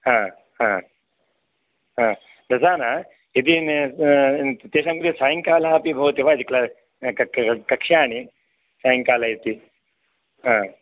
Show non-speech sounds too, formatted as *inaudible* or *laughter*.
ह ह ह तथा न यदि तेषां कृते सायंकालः अपि भवति वा *unintelligible* कक्ष्याणि सायंकाले इति ह